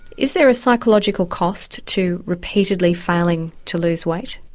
is there a psychological cost to repeatedly failing to lose weight?